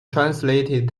translated